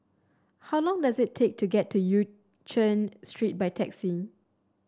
how long does it take to get to Yen Chen Street by taxi